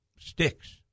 sticks